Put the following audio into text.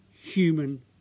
human